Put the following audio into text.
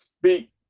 speak